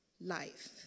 Life